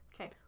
Okay